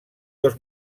dos